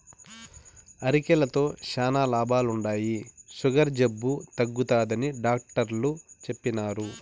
అరికెలతో శానా లాభాలుండాయి, సుగర్ జబ్బు తగ్గుతాదని డాట్టరు చెప్పిన్నారు